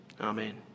Amen